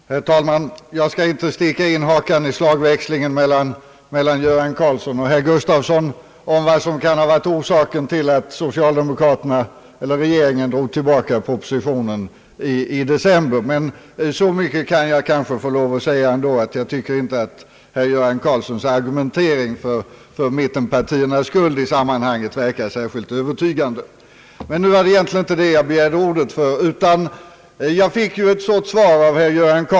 Herr talman! Jag skall inte sticka in hakan i slagväxlingen mellan herrar Göran Karlsson och Gustafsson om vad som kan ha varit orsaken till att regeringen drog tillbaka propositionen i december. Så mycket kanske jag får lov att säga att jag inte tycker att herr Göran Karlssons argumentering för mittenpartiernas skuld i sammanhanget verkar särskilt övertygande. Men det var egentligen inte för att säga detta som jag begärde ordet.